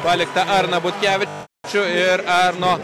paliktą arną butkevičių ir arno